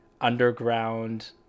underground